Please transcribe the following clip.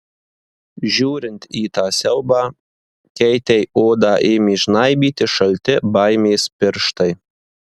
žiūrint į tą siaubą keitei odą ėmė žnaibyti šalti baimės pirštai